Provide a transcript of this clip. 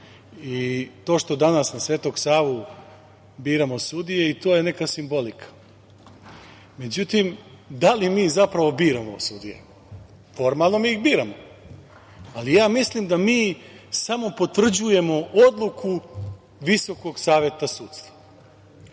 i to što danas na Svetog Savu biramo sudije i to je neka simbolika. Međutim, da li mi zapravo biramo sudije, formalno mi ih biramo, ali ja mislim da mi samo potvrđujemo odluku Visokog saveta sudstva. Uvaženi